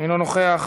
אינו נוכח.